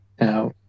Now